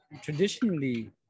traditionally